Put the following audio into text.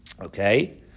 Okay